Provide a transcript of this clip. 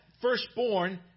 firstborn